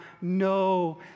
no